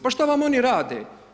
Pa šta vam oni rade?